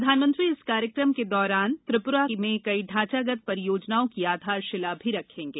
प्रधानमंत्री इस कार्यक्रम के दौरान त्रिप्रा में कई ढांचागत परियोजनाओं की आधारशिला भी रखेंगे